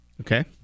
Okay